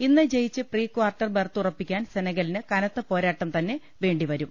ഇന്ന് ജയിച്ച് pre quarter berth ഉറപ്പിക്കാൻ സെനഗലിന് കനത്ത പോരാട്ടം തന്നെ വേണ്ടിവരും